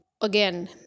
again